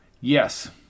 Yes